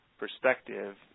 Perspective